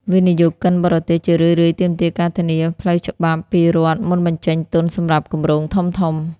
វិនិយោគិនបរទេសជារឿយៗទាមទារការធានាផ្លូវច្បាប់ពីរដ្ឋ មុនបញ្ចេញទុនសម្រាប់គម្រោងធំៗ។